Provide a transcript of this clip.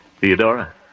Theodora